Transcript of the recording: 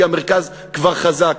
כי המרכז כבר חזק.